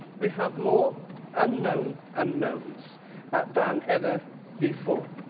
we have more unknown unknowns than ever before.